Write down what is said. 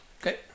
Okay